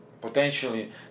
potentially